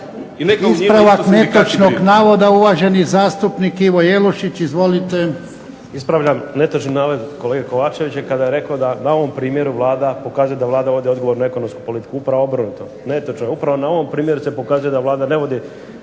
Ispravljam netočan navod kolege KOvačevića da na ovom primjeru Vlada pokazuje da vodi odgovornu ekonomsku politiku. Netočno, upravo na ovom primjeru se pokazuje da Vlada ne vodi